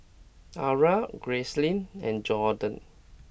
Ara Gracelyn and Jaydon